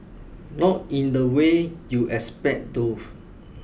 not in the way you expect though